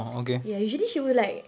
ya usually she will like